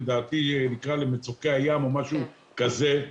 שלדעתי נקראת "למצוקי הים" או משהו כזה.